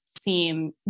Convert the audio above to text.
seem